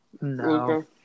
No